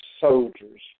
soldiers